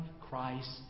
Christ